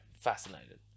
Fascinated